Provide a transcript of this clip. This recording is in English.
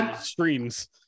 streams